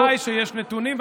ודאי שיש נתונים,